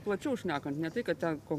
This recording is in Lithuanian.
plačiau šnekant ne tai kad teko